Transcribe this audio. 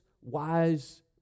wise